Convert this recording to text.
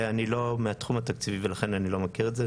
אני לא מהתחום התקציבי ולכן אני לא מכיר את זה.